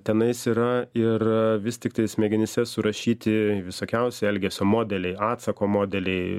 tenais yra ir vis tiktai smegenyse surašyti visokiausie elgesio modeliai atsako modeliai